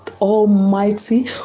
Almighty